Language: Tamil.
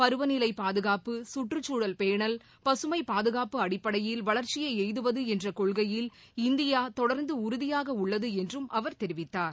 பருவநிலைபாதுகாப்பு சுற்றுச்சூழல் பேணல் பசுமைபாதுகாப்பு அடிப்படையில் வளர்ச்சியைஎய்துவதுஎன்றகொள்கையில் இந்தியாதொடர்ந்தஉறுதியாகஉள்ளதுஎன்றும் அவர் தெரிவித்தார்